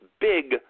big